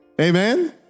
amen